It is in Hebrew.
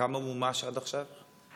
כמה מומש עד עכשיו?